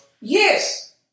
Yes